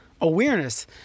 awareness